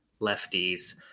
lefties